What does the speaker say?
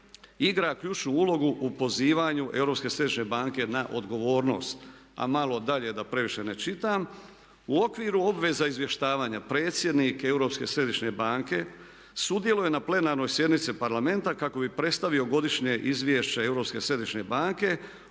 igra ključnu ulogu u pozivanju Europske središnje banke na odgovornost. A malo dalje da previše ne čitam, u okviru obveza izvještavanja predsjednik Europske središnje banke sudjeluje na plenarnoj sjednici parlamenta kako bi predstavio Godišnje izvješće